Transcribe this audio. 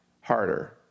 harder